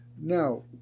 Now